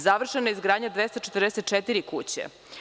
Završena je izgradnja 244 kuće.